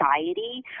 society